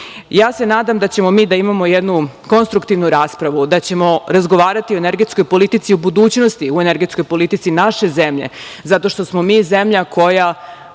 se nadam da ćemo mi da imamo jednu konstruktivnu raspravu, da ćemo razgovarati o energetskoj politici u budućnosti, o energetskoj politici naše zemlje, zato što smo mi zemlja koja,